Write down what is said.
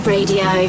Radio